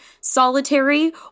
solitary